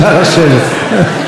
נא לשבת.